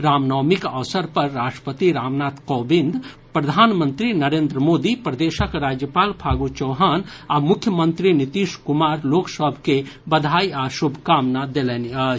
रामनवमीक अवसर पर राष्ट्रपति रामनाथ कोविंद प्रधानमंत्री नरेंद्र मोदी प्रदेशक राज्यपाल फागू चौहान आ मुख्यमंत्री नीतीश कुमार लोक सभ के बधाई आ शुभकामना देलनि अछि